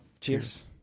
Cheers